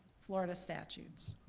florida statutes.